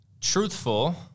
truthful